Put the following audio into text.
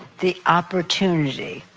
the opportunity,